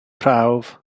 prawf